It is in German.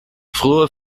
früher